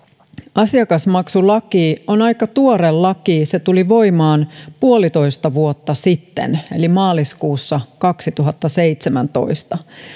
asiakasmaksulaki on aika tuore laki se tuli voimaan puolitoista vuotta sitten eli maaliskuussa kaksituhattaseitsemäntoista